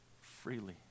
freely